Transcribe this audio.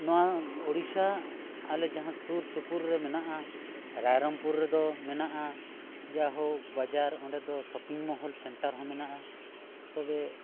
ᱱᱚᱣᱟ ᱩᱲᱤᱥᱥᱟ ᱟᱞᱮ ᱡᱟᱦᱟᱸ ᱥᱩᱨ ᱥᱩᱯᱩᱨ ᱨᱮ ᱢᱮᱱᱟᱜᱼᱟ ᱨᱟᱭᱨᱚᱝᱯᱩᱨ ᱨᱮᱫᱚ ᱢᱮᱱᱟᱜᱼᱟ ᱡᱟᱦᱳᱠ ᱵᱟᱡᱟᱨ ᱚᱸᱰᱮ ᱫᱚ ᱥᱚᱯᱤᱝ ᱢᱚᱞ ᱥᱮᱱᱴᱟᱨ ᱚᱸᱰᱮ ᱫᱚ ᱢᱮᱱᱟᱜᱼᱟ ᱛᱚᱵᱮ